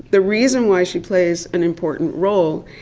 the reason why she plays an important role,